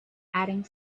adding